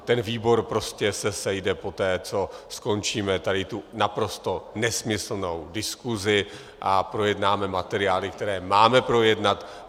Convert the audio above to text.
Ten výbor se prostě sejde poté, co skončíme tady tu naprosto nesmyslnou diskusi, a projednáme materiály, které máme projednat.